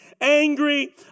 angry